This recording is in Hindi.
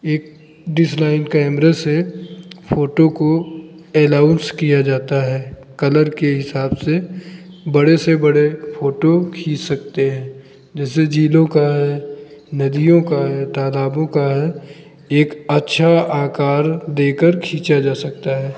एक डिसलाइन कैमरे से फ़ोटो को एलाउन्स किया जाता है कलर के हिसाब से बड़े से बड़े फ़ोटो खींच सकते हैं जैसे झीलों का है नदियों का है तालाबों का है एक अच्छा आकार देकर खींचा जा सकता है